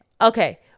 Okay